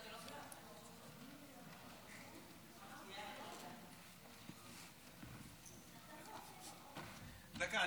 דקה,